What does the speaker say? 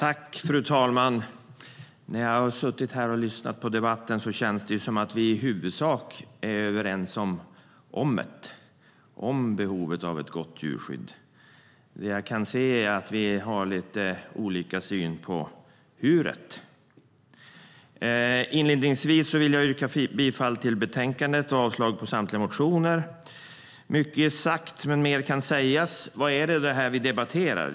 Fru talman! När jag suttit här och lyssnat på debatten har det känts som att vi i huvudsak är överens om behovet av ett gott djurskydd. Det jag kan se är att vi har lite olika syn på hur det ska ske. Mycket är sagt, men mer kan sägas. Vad är det vi debatterar?